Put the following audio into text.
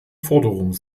forderung